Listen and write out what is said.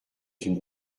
une